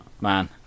Man